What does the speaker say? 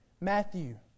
Matthew